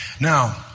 Now